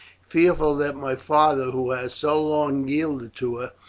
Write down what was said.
fearful that my father, who has so long yielded to her,